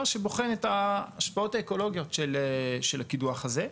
שבוחן את ההשפעות האקולוגיות של הקידוח הזה,